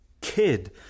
kid